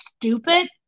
stupid